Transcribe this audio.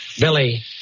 Billy